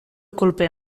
kolpe